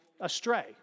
astray